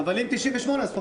אבל אם 98, אז פחות.